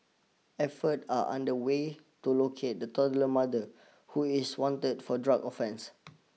efforts are under way to locate the toddler's mother who is wanted for drug offences